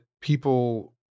people